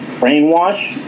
Brainwash